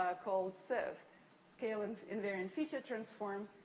called sift, scale and invariant feature transform,